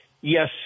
Yes